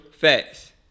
facts